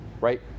right